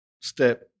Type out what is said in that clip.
step